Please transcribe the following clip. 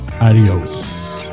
adios